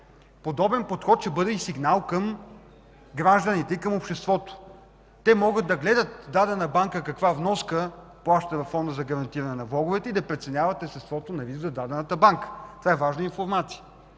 Подобен подход ще бъде сигнал към гражданите и обществото. Те могат да гледат дадена банка каква вноска плаща във Фонда за гарантиране на влоговете и да преценяват естеството на риск за дадената банка. Това е важна информация.